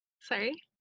sorry